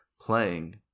playing